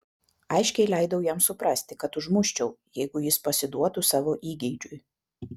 aiškiai leidau jam suprasti kad užmuščiau jeigu jis pasiduotų savo įgeidžiui